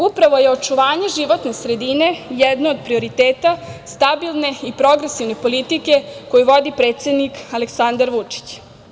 Upravo je očuvanje životne sredine jedno od prioriteta stabilne i progresivne politike koju vodi predsednik Aleksandra Vučić.